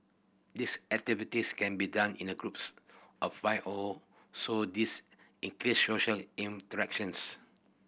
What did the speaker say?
these activities can be done in a groups of five or so this increase social interactions